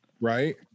Right